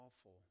awful